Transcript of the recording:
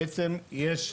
בעצם יש,